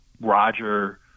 Roger